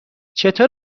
چطور